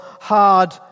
hard